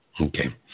Okay